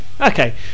okay